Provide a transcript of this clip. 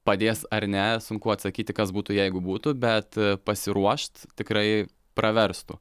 padės ar ne sunku atsakyti kas būtų jeigu būtų bet pasiruošt tikrai praverstų